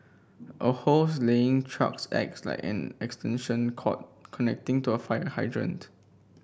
a hose laying trucks acts like an extension cord connecting to a fire hydrant